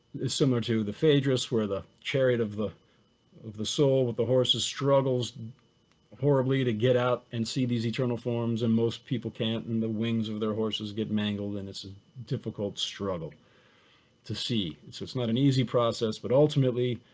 is similar to the phaedrus where the chariot of the of the soul with the horses struggles horribly to get out and see these eternal forms and most people can't. and the wings of their horses get mangled and it's a difficult struggle to see. it's just not an easy process, but ultimately,